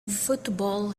football